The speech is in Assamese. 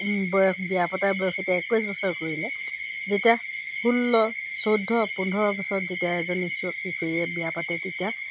বয়স বিয়া পতাৰ বয়স এতিয়া একৈছ বছৰ কৰিলে যেতিয়া ষোল্ল চৈধ্য পোন্ধৰ বছৰত যেতিয়া এজনী কিশোৰীয়ে বিয়া পাতে তেতিয়া